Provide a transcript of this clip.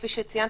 כפי שציינת,